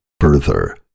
Further